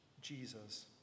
Jesus